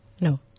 No